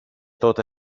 τότε